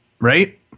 Right